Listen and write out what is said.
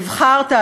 נבחרת,